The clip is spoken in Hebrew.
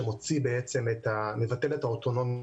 שבעצם מבטל את האוטונומיה